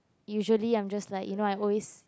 usually I'm just like you know I always